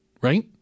Right